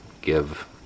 give